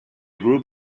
group